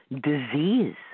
disease